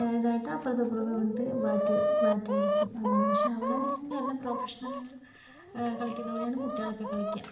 ഇതായിട്ട് അപ്പുറത്തും ഇപ്പുറത്തും നിർത്തി ബാറ്റ് ബാറ്റ് അടിക്കും അതാണ് പക്ഷേ അവിടെ എന്ന് വെച്ചിട്ടുണ്ടെങ്കിൽ എല്ലാം പ്രൊഫഷണൽ കളിക്കുന്നത് പോലെയാണ് കുട്ടികളൊക്കെ കളിക്കുക